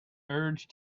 urge